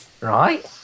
Right